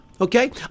Okay